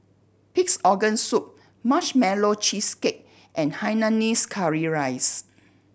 Pig's Organ Soup Marshmallow Cheesecake and hainanese curry rice